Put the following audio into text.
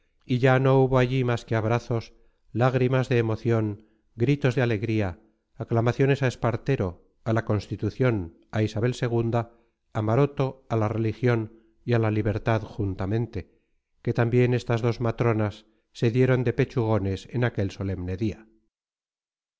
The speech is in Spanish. y ya no hubo allí más que abrazos lágrimas de emoción gritos de alegría aclamaciones a espartero a la constitución a isabel ii a maroto a la religión y a la libertad juntamente que también estas dos matronas se dieron de pechugones en aquel solemne día